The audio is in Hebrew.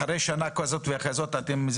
החל משנה כזאת וכזאת אתם מה?